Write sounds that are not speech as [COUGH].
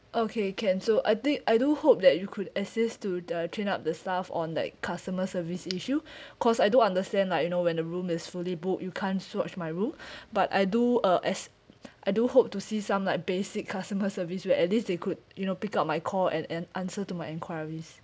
okay can so I think I do hope that you could assist to uh train up the staff on the customer service issue [BREATH] cause I do understand like you know when the room is fully booked you can't switch my room [BREATH] but I do uh as [BREATH] I do hope to see some like basic customer service where at least they could you know pick up my call and and answer to my enquiries